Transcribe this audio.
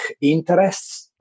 interests